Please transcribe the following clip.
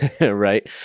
right